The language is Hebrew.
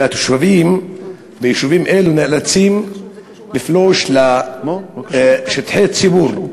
והתושבים ביישובים אלה נאלצים לפלוש לשטחי ציבור.